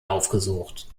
aufgesucht